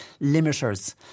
limiters